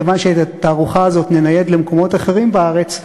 כיוון שאת התערוכה הזאת ננייד למקומות אחרים בארץ,